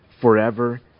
forever